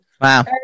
Wow